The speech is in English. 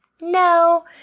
No